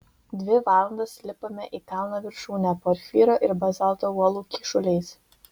dvi valandas lipome į kalno viršūnę porfyro ir bazalto uolų kyšuliais